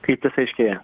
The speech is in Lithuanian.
kryptys aiškėja